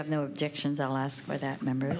have no objections i'll ask my that member